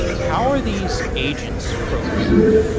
how are these agents programmed?